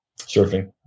Surfing